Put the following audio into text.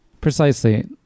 Precisely